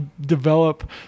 develop